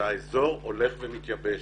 ולדעת שהאזור הולך ומתייבש